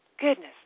goodness